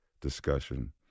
discussion